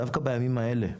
דווקא בימים האלה,